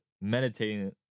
meditating